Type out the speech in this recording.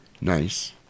Nice